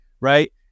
right